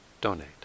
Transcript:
donate